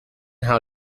how